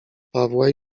pawła